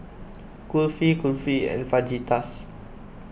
Kulfi Kulfi and Fajitas